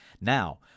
Now